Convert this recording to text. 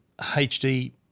HD